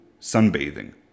sunbathing